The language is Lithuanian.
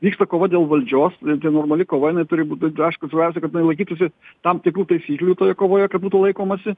vyksta kova dėl valdžios tai normali kova jinai turi būt aišku svarbiausia kad jinai laikytųsi tam tikrų taisyklių toje kovoje kad būtų laikomasi